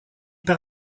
par